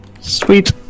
Sweet